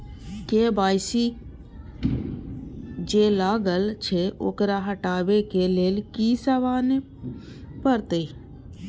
KYC जे लागल छै ओकरा हटाबै के लैल की सब आने परतै?